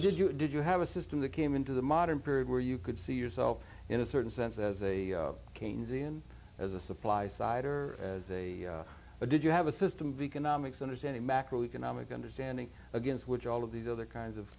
did you did you have a system that came into the modern period where you could see yourself in a certain sense as a keynesian as a supply sider as a did you have a system beacon nomics understanding macro economic understanding against which all of these other kinds of